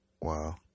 wow